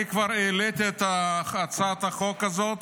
אני כבר העליתי את הצעת החוק הזאת